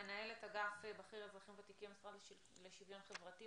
מנהלת אגף בכיר אזרחים ותיקים במשרד לשוויון חברתי,